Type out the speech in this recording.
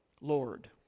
Lord